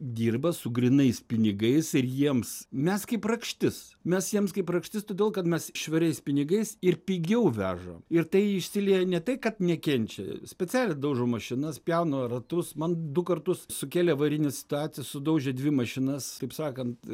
dirba su grynais pinigais ir jiems mes kaip rakštis mes jiems kaip rakštis todėl kad mes švariais pinigais ir pigiau veža ir tai išsilieja ne tai kad nekenčia specialiai daužo mašinas pjauna ratus man du kartus sukėlė avarinę sudaužė dvi mašinas taip sakant